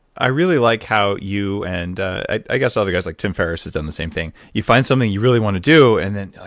i really like how you and i guess other guys, like tim ferriss, has done the same thing. you find something you really want to do and then,